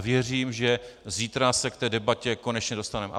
Věřím, že zítra se k té debatě konečně dostaneme.